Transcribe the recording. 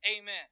Amen